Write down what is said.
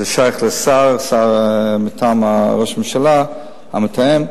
זה שייך לשר, שר מטעם ראש הממשלה, המתאם.